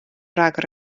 rhagor